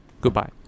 Goodbye